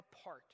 apart